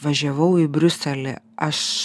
važiavau į briuselį aš